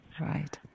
Right